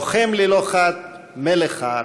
לוחם ללא חת, מלח הארץ.